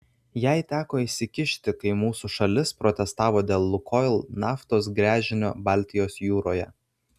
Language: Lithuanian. jai teko įsikišti kai mūsų šalis protestavo dėl lukoil naftos gręžinio baltijos jūroje